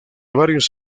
varios